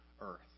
earth